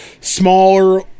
smaller